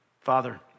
Father